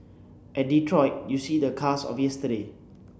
at Detroit you see the cars of yesterday